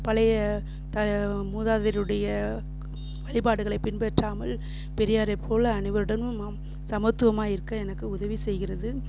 பழைய மூதாதையருடைய வழிபாடுகளை பின்பற்றாமல் பெரியாரை போல் அனைவருடனும் நாம் சமத்துவமாக இருக்க எனக்கு உதவி செய்கிறது